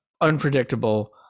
unpredictable